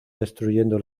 destruyendo